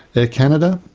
air canada,